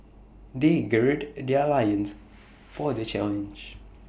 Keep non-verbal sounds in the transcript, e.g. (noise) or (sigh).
they gird their loins (noise) for the challenge